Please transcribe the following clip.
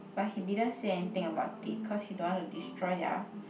but he didn't say anything about it cause he don't want to destroy their